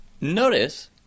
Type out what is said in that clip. notice